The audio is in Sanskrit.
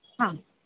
हा